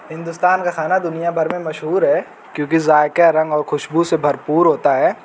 ہندوستان کا کھانا دنیا بھر میں مشہور ہے کیونکہ ذائقہ رنگ اور خوشبو سے بھرپور ہوتا ہے